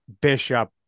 bishop